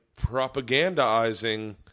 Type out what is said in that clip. propagandizing